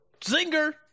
zinger